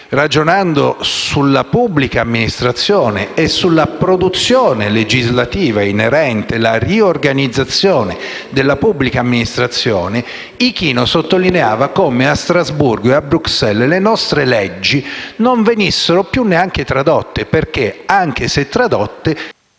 ragionando sulla pubblica amministrazione e sulla produzione legislativa inerente alla riorganizzazione della pubblica amministrazione, sottolineava come a Strasburgo e a Bruxelles le nostre leggi non venissero più neanche tradotte, perché, anche se tradotte,